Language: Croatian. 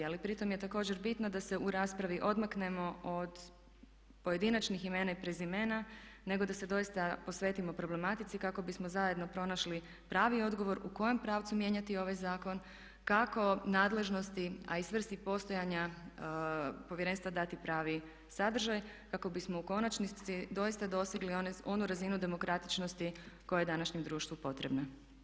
Ali pritom je također bitno da se u raspravi odmaknemo od pojedinačnih imena i prezimena, nego da se doista posvetimo problematici kako bismo zajedno pronašli pravi odgovor u kojem pravcu mijenjati ovaj zakon, kako nadležnosti, a i svrsi postojanja Povjerenstva dati pravi sadržaj kako bismo u konačnici doista dosegli onu razinu demokratičnosti koja je današnjem društvu potrebna.